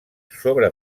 sobre